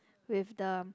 with the